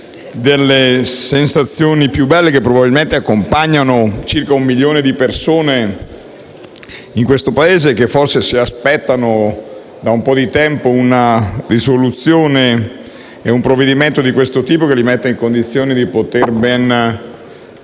delle sensazioni più belle che accompagnano circa un milione di persone in questo Paese e che aspettano da un po' di tempo una risoluzione e un provvedimento di questo tipo, che le metta in condizione di poter ben